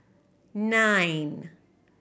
nine